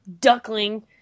duckling